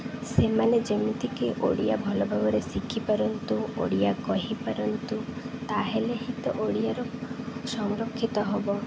ସେମାନେ ଯେମିତିକି ଓଡ଼ିଆ ଭଲ ଭାବରେ ଶିଖିପାରନ୍ତୁ ଓଡ଼ିଆ କହିପାରନ୍ତୁ ତା'ହେଲେ ହିଁ ତ ଓଡ଼ିଆର ସଂରକ୍ଷିତ ହେବ